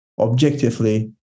objectively